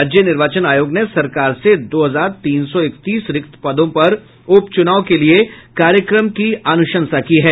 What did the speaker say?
राज्य निर्वाचन आयोग ने सरकार से दो हजार तीन सौ इकतीस रिक्त पदों पर उप चुनाव के लिए कार्यक्रम की अनुशंसा की है